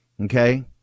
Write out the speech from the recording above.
Okay